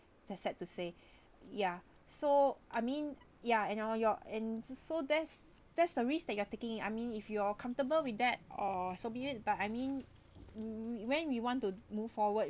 that's sad to say ya so I mean ya and now you're in so that's that's the risk that you are taking in I mean if you're comfortable with that or so be it but I mean mm when we want to move forward